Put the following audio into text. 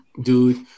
dude